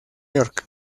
york